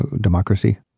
democracy